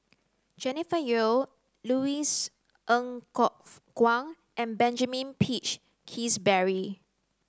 Jennifer Yeo Louis Ng Kok Kwang and Benjamin Peach Keasberry